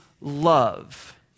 love